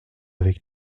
avec